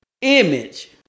image